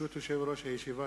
ברשות יושב-ראש הישיבה,